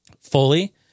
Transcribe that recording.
fully